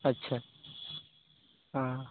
अच्छा हॅं